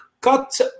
cut